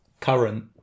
current